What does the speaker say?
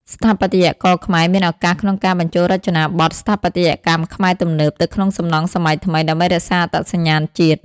ស្ថាបត្យករខ្មែរមានឱកាសក្នុងការបញ្ចូលរចនាបថ "ស្ថាបត្យកម្មខ្មែរទំនើប" ទៅក្នុងសំណង់សម័យថ្មី ដើម្បីរក្សាអត្តសញ្ញាណជាតិ។